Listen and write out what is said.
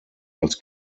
als